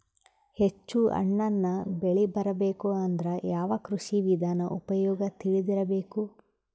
ಹೆಚ್ಚು ಹಣ್ಣನ್ನ ಬೆಳಿ ಬರಬೇಕು ಅಂದ್ರ ಯಾವ ಕೃಷಿ ವಿಧಾನ ಉಪಯೋಗ ತಿಳಿದಿರಬೇಕು?